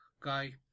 guy